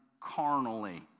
carnally